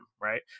right